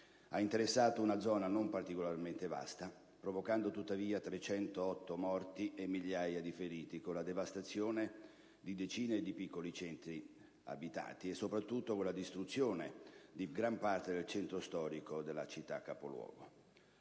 Ha interessato una zona non particolarmente vasta, provocando tuttavia 308 morti e migliaia di feriti, con la devastazione di decine di piccoli centri abitati e, soprattutto, con la distruzione di gran parte del centro storico della città capoluogo.